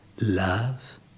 Love